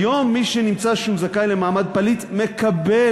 היום מי שנמצא שהוא זכאי למעמד פליט מקבל